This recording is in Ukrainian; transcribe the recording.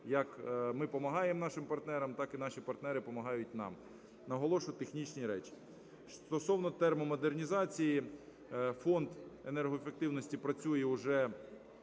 як ми помагаємо нашим партнерам, так і наші партнери помагають нам. Наголошу, технічні речі. Стосовно термомодернізації. Фонд енергоефективності працює вже